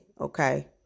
Okay